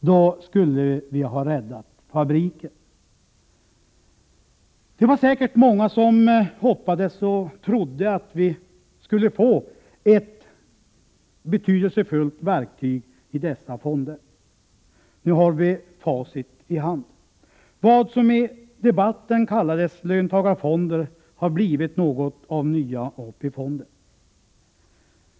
Då skulle vi ha räddat fabriken. Det var säkert många som hoppades och trodde att vi skulle få ett betydelsefullt verktyg i löntagarfonderna. Nu har vi facit i hand. Vad som i debatten kallades löntagarfonder har blivit något av nya AP-fonder.